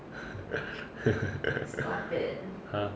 !huh!